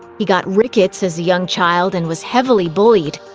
he got rickets as a young child and was heavily bullied.